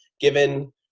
given